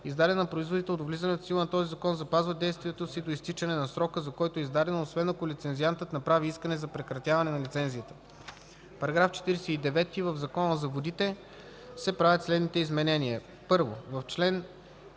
издадена на производител до влизането в сила на този закон, запазва действието си до изтичането на срока, за който е издадена, освен ако лицензиантът направи искане за прекратяване на лицензията. § 49. В Закона за водите (обн., ДВ, бр. …) се правят следните изменения: 1. В чл.